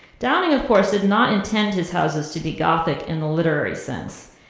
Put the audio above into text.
downing of course did not intend his houses to be gothic in the literary sense.